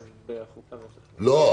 לא.